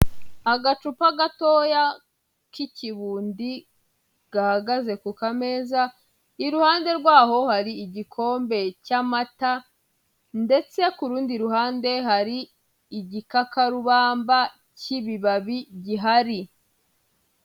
Agacupa gatoya k'ikibundi, gahagaze ku kameza, iruhande rwaho hari igikombe cy'amata, ndetse ku rundi ruhande, hari igikakarubamba cy'ibibabi gihari.